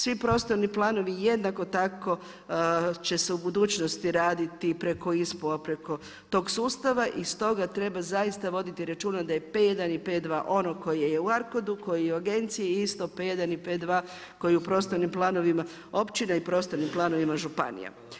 Svi prostorni planovi će se u budućnosti raditi preko ISPO-a preko tog sustava i stoga treba zaista voditi računa da je P1 i P2 ono koje je u ARCOD-u koje je u agenciji isto P1 i P2 koji je u prostornim planovima općina i u prostornim planovima županija.